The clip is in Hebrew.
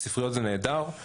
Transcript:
וספריות זה נהדר,